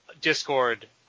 Discord